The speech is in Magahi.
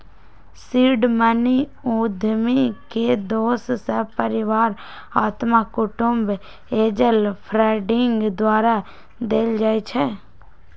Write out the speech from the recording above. सीड मनी उद्यमी के दोस सभ, परिवार, अत्मा कुटूम्ब, एंजल फंडिंग द्वारा देल जाइ छइ